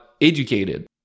educated